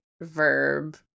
verb